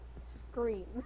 scream